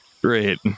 Great